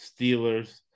Steelers